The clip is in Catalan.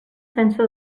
sense